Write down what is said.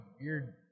weird